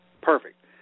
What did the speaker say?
perfect